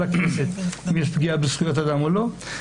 הכנסת אם יש פגיעה בזכויות אדם או לא.